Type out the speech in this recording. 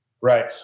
right